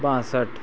बासठ